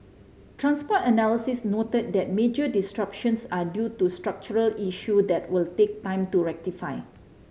transport analysts noted that major disruptions are due to structural issue that will take time to rectify